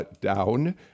down